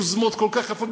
יוזמות כל כך יפות.